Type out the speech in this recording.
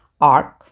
arc